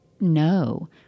no